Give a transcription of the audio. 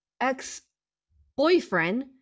ex-boyfriend